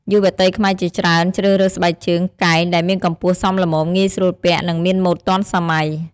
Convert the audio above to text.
យុវតីខ្មែរជាច្រើនជ្រើសរើសស្បែកជើងកែងដែលមានកម្ពស់សមល្មម ងាយស្រួលពាក់ និងមានម៉ូដទាន់សម័យ។